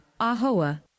Ahoa